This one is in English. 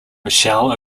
michelle